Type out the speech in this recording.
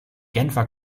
genfer